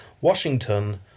Washington